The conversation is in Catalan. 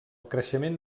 creixement